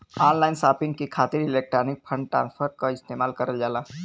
online shopping के खातिर electronic fund transfer क इस्तेमाल करल जाला